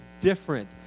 different